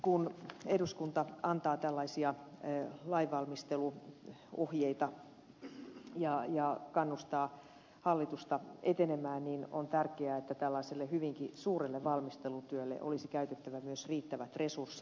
kun eduskunta antaa tällaisia lainvalmisteluohjeita ja kannustaa hallitusta etenemään niin on tärkeää että tällaiselle hyvinkin suurelle valmistelutyölle olisi käytettävissä myös riittävät resurssit